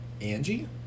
Angie